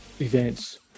events